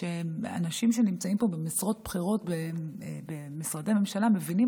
אנשים שנמצאים פה במשרות בכירות במשרדי הממשלה מבינים